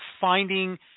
finding